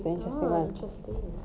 oh interesting